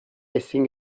ezin